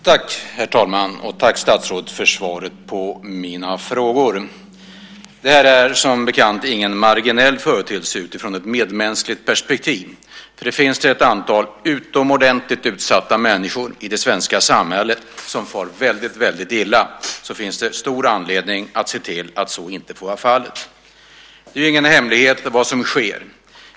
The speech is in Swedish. Herr talman! Tack, statsrådet, för svaret på mina frågor. Det här är som bekant ingen marginell företeelse utifrån ett medmänskligt perspektiv. Det finns ett antal utomordentligt utsatta människor i det svenska samhället som far väldigt illa. Det finns alltså stor anledning att se till att så inte får vara fallet. Det som sker är ingen hemlighet.